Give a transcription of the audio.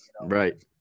Right